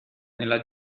nella